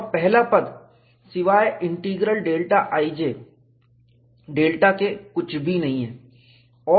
और पहला पद सिवाय इंटीग्रल σij डेल्टा के कुछ भी नहीं है